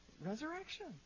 resurrection